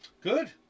Good